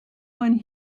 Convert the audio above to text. one